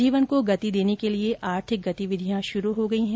जीवन को गति देने के लिए आर्थिक गतिविधियां शुरू हो गई हैं